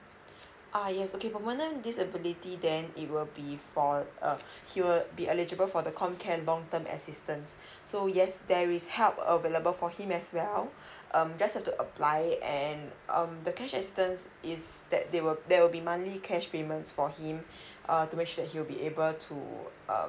ah yes permanent disability then it will be for uh he will be eligible for the com care and long time assistance so yes there is help available for him as well um just have to apply it and um the cash assistance is that there will there will be monthly cash payments for him uh to make sure he will be able to uh